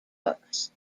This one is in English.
books